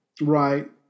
right